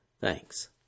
Thanks